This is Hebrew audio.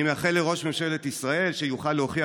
אני מאחל לראש ממשלת ישראל שיוכל להוכיח